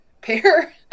pair